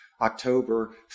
October